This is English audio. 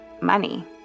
money